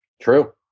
True